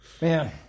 Man